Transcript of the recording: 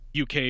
UK